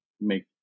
make